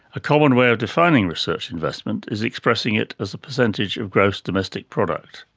a common way of defining research investment is expressing it as a percentage of gross domestic product,